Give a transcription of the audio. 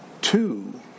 two